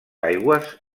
aigües